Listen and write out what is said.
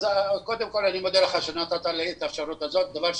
אני מודה לך שנתת לי את האפשרות לדבר.